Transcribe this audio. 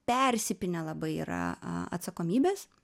persipynę labai yra atsakomybės